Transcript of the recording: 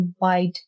wide